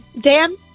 Dan